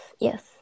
yes